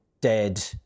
dead